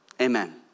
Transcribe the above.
amen